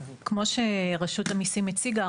כמו שרשות המיסים הציגה,